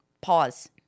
pause